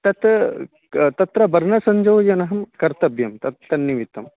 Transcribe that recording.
तत् किं तत्र वर्णसंयोजनं कर्तव्यं तत् तन्निमित्तं